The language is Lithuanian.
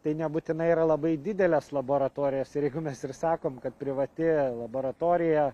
tai nebūtinai yra labai didelės laboratorijos ir jeigu mes ir sakom kad privati laboratorija